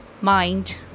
mind